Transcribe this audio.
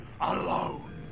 alone